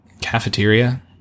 Cafeteria